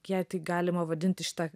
jei tai galima vadinti šitą